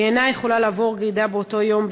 היא אינה יכולה לעבור גרידה באותו יום,